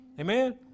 Amen